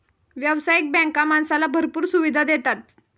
व्यावसायिक बँका माणसाला भरपूर सुविधा देतात